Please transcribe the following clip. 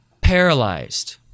paralyzed